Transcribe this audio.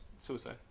suicide